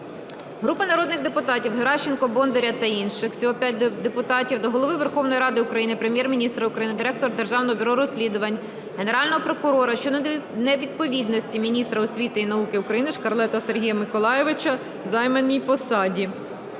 Групи народних депутатів (Геращенко, Бондаря та інших. Всього 5 депутатів) до Голови Верховної Ради України, Прем'єр-міністра України, Директора Державного бюро розслідувань, Генерального прокурора щодо невідповідності Міністра освіти і науки України Шкарлета Сергія Миколайовича займаній посаді.